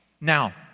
Now